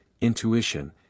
intuition